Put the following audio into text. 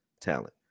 talent